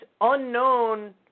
unknown